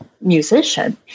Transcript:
musician